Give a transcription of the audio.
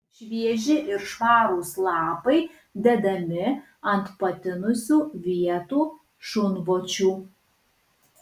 švieži ir švarūs lapai dedami ant patinusių vietų šunvočių